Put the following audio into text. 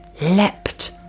leapt